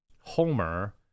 Homer